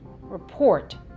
report